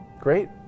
great